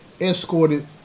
escorted